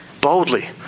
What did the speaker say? boldly